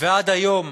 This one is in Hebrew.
ועד היום